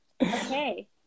Okay